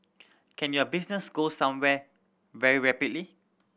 can your business go somewhere very rapidly